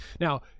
Now